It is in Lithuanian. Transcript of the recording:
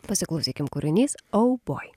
pasiklausykim kūrinys oh boy